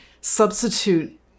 substitute